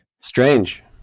Strange